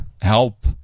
help